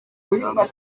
zitanga